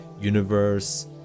universe